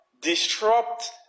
disrupt